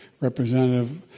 Representative